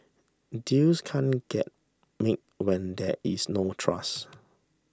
deals can't get made when there is no trust